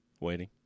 Waiting